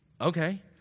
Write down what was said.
Okay